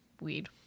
weed